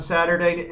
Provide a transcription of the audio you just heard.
Saturday